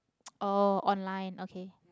oh online okay